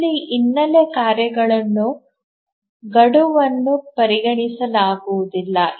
ಇಲ್ಲಿ ಹಿನ್ನೆಲೆ ಕಾರ್ಯಗಳನ್ನು ಗಡುವನ್ನು ಪರಿಗಣಿಸಲಾಗುವುದಿಲ್ಲ